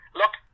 look